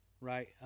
Right